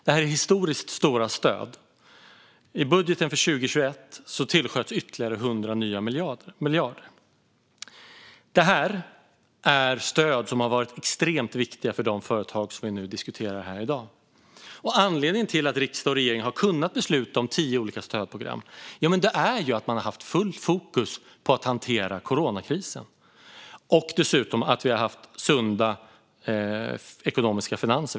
Det här är historiskt stora stöd. I budgeten för 2021 tillsköts ytterligare 100 miljarder. Det här är stöd som har varit extremt viktiga för de företag som vi nu diskuterar. Anledningen till att riksdag och regering har kunnat besluta om tio olika stödprogram är ju att man har haft fullt fokus på att hantera coronakrisen och att vi dessutom har haft sunda ekonomiska finanser.